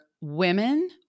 women